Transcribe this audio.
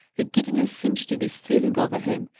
a giddiness seemed to be stealing over him,